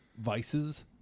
vices